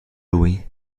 lui